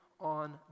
on